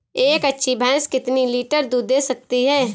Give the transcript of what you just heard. एक अच्छी भैंस कितनी लीटर दूध दे सकती है?